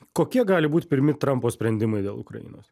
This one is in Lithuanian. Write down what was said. kokie gali būt pirmi trampo sprendimai dėl ukrainos